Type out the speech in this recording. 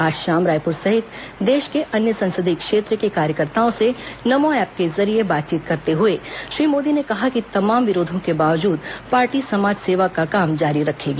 आज शाम रायपुर सहित देश के अन्य संसदीय क्षेत्र के कार्यकर्ताओं से नमो ऐप के जरिये बातचीत करते हुए श्री मोदी ने कहा कि तमाम विरोधों के बावजूद पार्टी समाज सेवा का काम जारी रखेगी